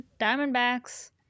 Diamondbacks